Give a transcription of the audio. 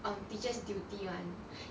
um teachers duty [one]